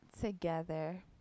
together